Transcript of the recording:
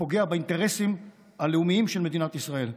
ופוגע באינטרסים הלאומיים של מדינת ישראל,